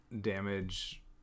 damage